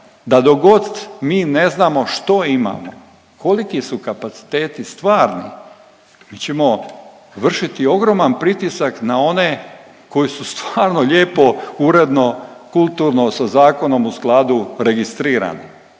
dok god mi ne znamo što imamo, koliki su kapaciteti stvarni, mi ćemo vršiti ogroman pritiska na one koji su stvarno lijepo, uredno, kulturno sa zakonom u skladu registrirani